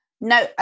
No